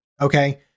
okay